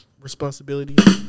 responsibility